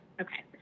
Okay